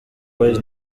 boys